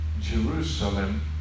Jerusalem